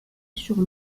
sur